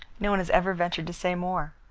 no one has ever ventured to say more.